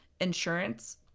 insurance